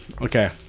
Okay